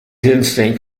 instinct